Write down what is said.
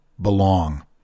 belong